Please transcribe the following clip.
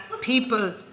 people